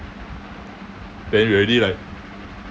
then we already like